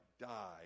die